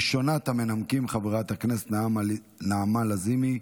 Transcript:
ראשונת המנמקים, חברת הכנסת נעמה לזימי,